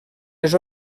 les